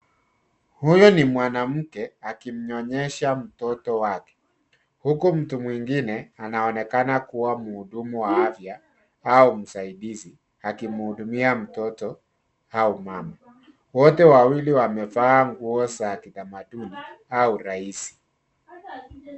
Huyu ni mwanamke akimnyionyesha mtoto wake, huku mtu mwingine anaonekana kuwa muhudumu wa afya au msaidizi, akimhudumia mtoto au mama. Wote wawili wamevaa nguo za kitamaduni au rahisi.